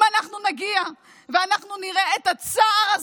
אם אנחנו נגיע ואנחנו נראה את הצער הזה,